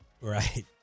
Right